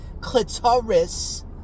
clitoris